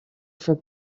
for